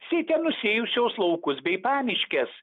sėte nusėjusios laukus bei pamiškės